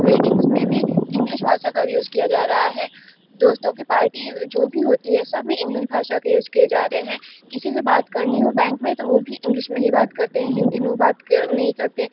weddings में भी English भाषा का अब यूज़ किया जा रहा है दोस्तों की पार्टी जो भी होती है सब में इंग्लिश भाषा के यूज़ किए जा रहे हैं किसी से बात करनी हो बैंक में तो वो भी इंग्लिश में ही बात करते हैं हिन्दी में वो बात नहीं करते